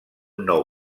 nou